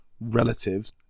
relatives